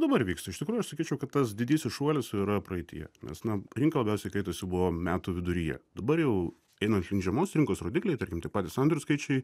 dabar vyksta iš tikrųjų aš sakyčiau kad tas didysis šuolis yra praeityje nes na rinka labiausiai įkaitusi buvo metų viduryje dabar jau einant link žiemos rinkos rodikliai tarkim tie patys sandorių skaičiai